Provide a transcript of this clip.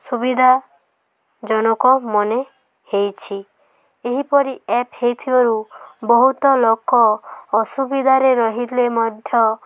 ସୁବିଧାଜନକ ମନେ ହେଇଛି ଏହିପରି ଆପ୍ ହେଇଥିବାରୁ ବହୁତ ଲୋକ ଅସୁବିଧାରେ ରହିଲେ ମଧ୍ୟ